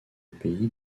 pays